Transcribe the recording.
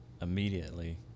immediately